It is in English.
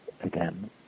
again